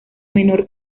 menor